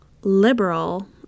liberal